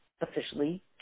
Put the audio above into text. officially